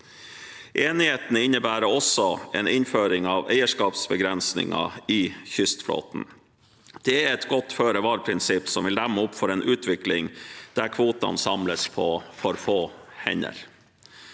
Enigheten innebærer også en innføring av eierskapsbegrensninger i kystflåten. Det er et godt førevar-prinsipp, som vil demme opp for en utvikling der kvotene samles på for få hender.